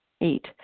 Eight